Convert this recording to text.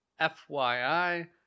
FYI